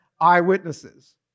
eyewitnesses